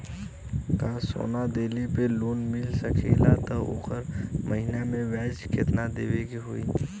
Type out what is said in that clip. का सोना देले पे लोन मिल सकेला त ओकर महीना के ब्याज कितनादेवे के होई?